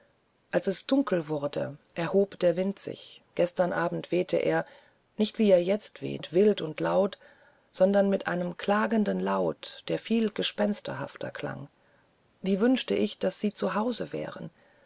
als es dunkel wurde erhob der wind sich gestern abend wehte er nicht wie er jetzt weht wild und laut sondern mit einem klagenden laut der viel gespensterhafter klang wie wünschte ich daß sie zu hause wären